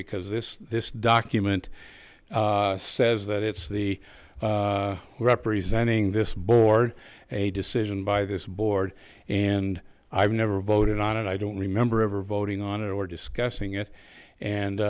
because this this document says that it's the representing this board a decision by this board and i've never voted on it i don't remember ever voting on it or discussing it and